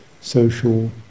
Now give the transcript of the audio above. social